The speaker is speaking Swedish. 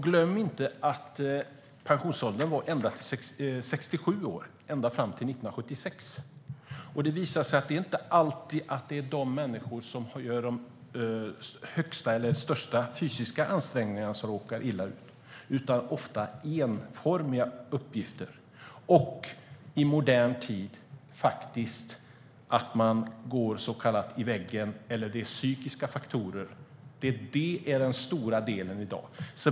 Glöm inte att pensionsåldern var 67 år ända fram till 1976. Det har visat sig att det inte alltid är de människor som har de största fysiska ansträngningarna som råkar illa ut. Det handlar i stället ofta om enformiga uppgifter. I modern tid handlar det också ofta om att man går in i väggen, som det kallas, eller psykiska faktorer. Det är den stora delen i dag.